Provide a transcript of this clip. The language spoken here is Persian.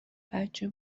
بچه